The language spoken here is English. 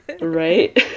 Right